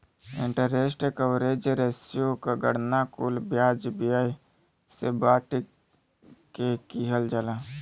interest coverage ratio क गणना कुल ब्याज व्यय से बांट के किहल जाला